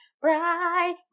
bright